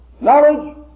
Knowledge